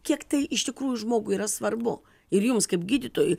kiek tai iš tikrųjų žmogui yra svarbu ir jums kaip gydytojui